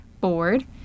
board